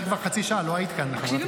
מקשיבים